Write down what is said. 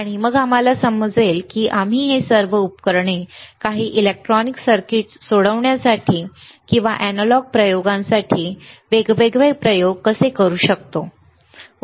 आणि मग आम्हाला समजले की आम्ही हे सर्व उपकरणे काही इलेक्ट्रॉनिक सर्किट सोडवण्यासाठी किंवा एनालॉग प्रयोगांसाठी वेगवेगळे प्रयोग कसे करू शकतो बरोबर